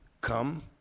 come